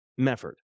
Mefford